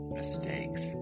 mistakes